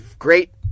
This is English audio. Great